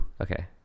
okay